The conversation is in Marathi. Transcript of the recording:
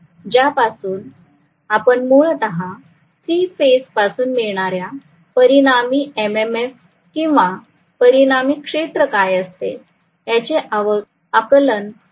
ज्यापासून आपण मूलतः थ्री फेज पासून मिळणाऱ्या परिणामी एम एम एफ किंवा परिणामी क्षेत्र काय असते याचे आकलन करणार आहोत